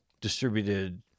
distributed